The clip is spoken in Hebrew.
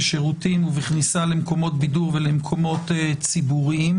בשירותים ובכניסה למקומות בידור ולמקומות ציבוריים.